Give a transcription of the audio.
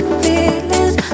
feelings